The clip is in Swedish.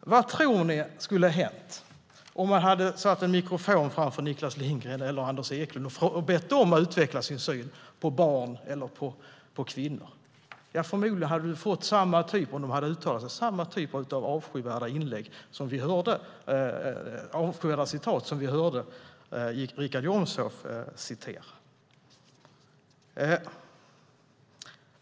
Vad tror ni skulle ha hänt om man hade satt en mikrofon framför Niklas Lindgren eller Anders Eklund och bett dem utveckla sin syn på barn eller kvinnor? Om de hade uttalat sig förmodar jag att man hade fått höra samma typ av avskyvärda citat som dem vi hörde Richard Jomshof citera.